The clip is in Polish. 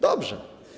Dobrze.